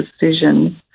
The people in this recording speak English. decisions